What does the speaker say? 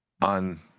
on